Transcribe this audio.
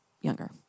younger